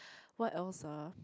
what else ah